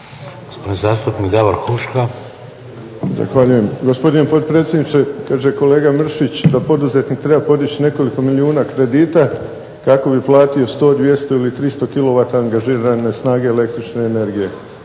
Huška. **Huška, Davor (HDZ)** Zahvaljujem, gospodine potpredsjedniče. Kaže kolega Mršić da poduzetnik treba podići nekoliko milijuna kredita kako bi platio 100, 200 ili 300 kilovata angažirane snage električne energije.